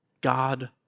God